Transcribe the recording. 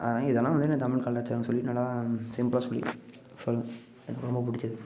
அதனால் இதெல்லாம் வந்து நான் தமிழ் கலாச்சாரம் சொல்லி நல்லா சிம்பிளாக சொல்லி எனக்கு ரொம்ப பிடிச்சிது